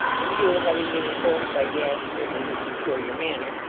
and hugh having been informed by gashford, in his peculiar manner,